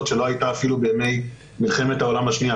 שלא הייתה אפילו בימי מלחמת העולם השנייה,